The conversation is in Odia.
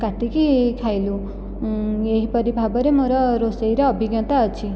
କାଟିକି ଖାଇଲୁ ଏହିପରି ଭାବରେ ମୋର ରୋଷେଇର ଅଭିଜ୍ଞତା ଅଛି